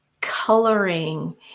coloring